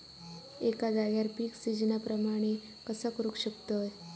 एका जाग्यार पीक सिजना प्रमाणे कसा करुक शकतय?